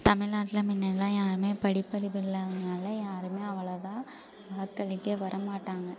தமிழ்நாட்ல முன்னடிலாம் யாருமே படிப்பறிவு இல்லாததுனால யாருமே அவ்வளோதா வாக்களிக்க வரமாட்டாங்க